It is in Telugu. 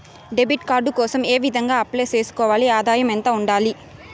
డెబిట్ కార్డు కోసం ఏ విధంగా అప్లై సేసుకోవాలి? ఆదాయం ఎంత ఉండాలి?